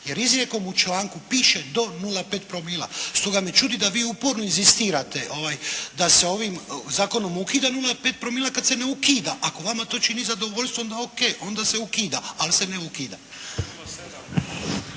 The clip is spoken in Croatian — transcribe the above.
jer izrijekom u članku piše do 0,5 promila stoga me čudi da vi uporno inzistirate da se ovim zakonom ukida 0,5 promila kad se ne ukida. Ako vama to čini zadovoljstvo onda o.k. onda se ukida, ali se ne ukida.